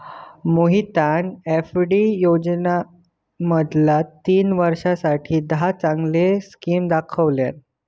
मोहितना एफ.डी योजनांमधना तीन वर्षांसाठी दहा चांगले स्किम दाखवल्यान